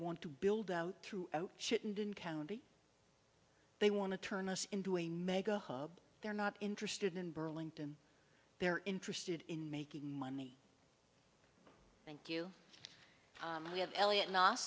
want to build out through chittenden county they want to turn us into a mega hub they're not interested in burlington they're interested in making money thank you we have elliott no